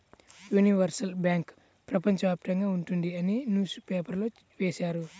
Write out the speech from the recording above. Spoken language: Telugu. యూనివర్సల్ బ్యాంకు ప్రపంచ వ్యాప్తంగా ఉంటుంది అని న్యూస్ పేపర్లో వేశారు